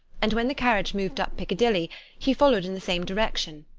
and when the carriage moved up piccadilly he followed in the same direction,